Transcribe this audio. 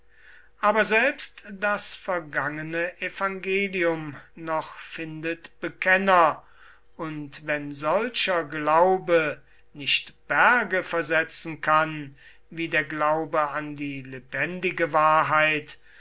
aber selbst das vergangene evangelium noch findet bekenner und wenn solcher glaube nicht berge versetzen kann wie der glaube an die lebendige wahrheit